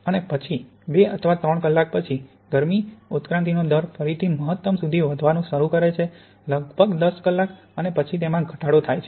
અને પછી 2 અથવા 3 કલાક પછી ગરમી ઉત્ક્રાંતિનો દર ફરીથી મહત્તમ સુધી વધવાનું શરૂ કરે છે લગભગ 10 કલાક અને પછી તેમાં ઘટાડો થાય છે